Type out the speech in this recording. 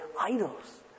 idols